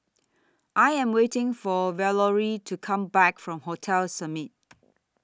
I Am waiting For Valorie to Come Back from Hotel Summit